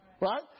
Right